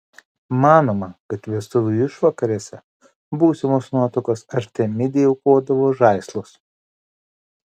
manoma kad vestuvių išvakarėse būsimos nuotakos artemidei aukodavo žaislus